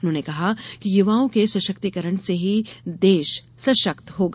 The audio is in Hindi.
उन्होंने कहा कि युवाओं के सशक्तिकरण से ही देश सशक्त होगा